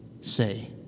say